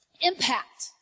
impact